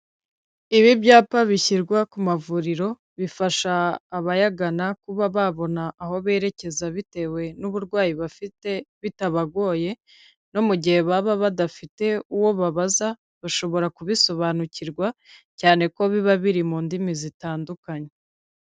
Ibi byapa bishyirwa ku mavuriro, bifasha abayagana kuba babona aho berekeza bitewe n'uburwayi bafite bitabagoye, no mu gihe baba badafite uwo babaza bashobora kubisobanukirwa, cyane ko biba biri mu ndimi zitandukanye.